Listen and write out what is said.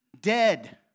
dead